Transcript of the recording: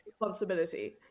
responsibility